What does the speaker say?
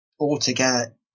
altogether